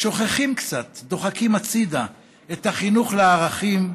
שוכחים קצת, דוחקים הצידה את החינוך לערכים,